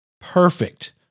Perfect